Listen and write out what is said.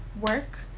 work